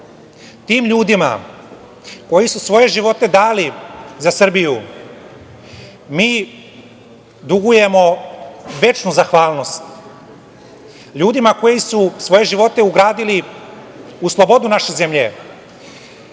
ljudima koji su svoje živote dali za Srbiju mi dugujemo večnu zahvalnost. Ljudima koji su svoje živote ugradili u slobodu naše zemlje,